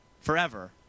forever